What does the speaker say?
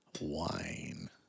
wine